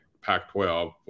Pac-12